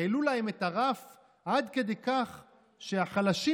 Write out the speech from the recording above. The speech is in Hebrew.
העלו להם את הרף עד כדי כך שהחלשים